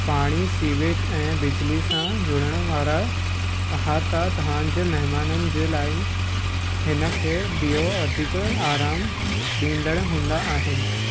पाणी सीवेज ऐं बिजली सां जुड़ण वारा अहाता तव्हांजे महिमाननि जे लाइ हिनखे ॿियो वधीक आरामु ॾींदड़ु हूंदा आहिनि